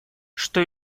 что